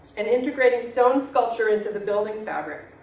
and integrating stone sculpture into the building fabric.